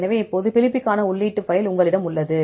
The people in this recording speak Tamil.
எனவே இப்போது பிலிப்புக்கான உள்ளீட்டு பைல் உங்களிடம் உள்ளது